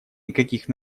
никаких